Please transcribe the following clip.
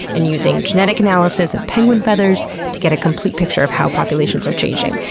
and using genetic analysis of penguin feathers to get a complete picture of how populations are changing.